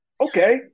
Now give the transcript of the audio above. okay